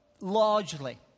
largely